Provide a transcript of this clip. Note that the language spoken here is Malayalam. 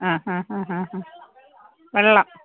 ആ ആ ആ ആ ആ വെള്ളം